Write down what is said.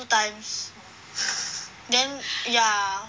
two times then ya